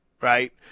right